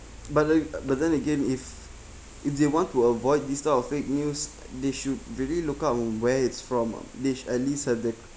but then but then again if if they want to avoid this type of fake news they should really look up from where it's from lah they sh~ at least have the